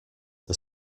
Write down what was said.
the